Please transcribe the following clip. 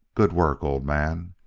good work, old man!